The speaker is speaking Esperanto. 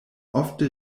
ofte